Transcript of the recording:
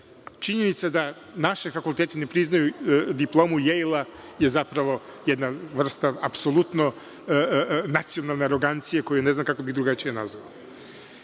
Činjenica da naši fakulteti ne priznaju diplomu Jejla je zapravo jedna vrsta apsolutno nacionalne arogancije koju ne znam kako bih drugačije nazvao. Drugi